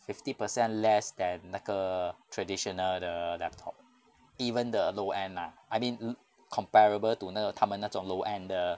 fifty percent less than 那个 traditional 的 laptop even the low end ah I mean e~ comparable to 那种他们那种 low end 的